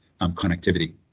connectivity